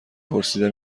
پرسیده